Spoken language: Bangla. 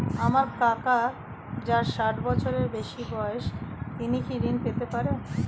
আমার কাকা যার ষাঠ বছরের বেশি বয়স তিনি কি ঋন পেতে পারেন?